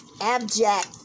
abject